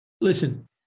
listen